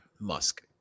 musk